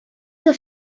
que